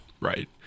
Right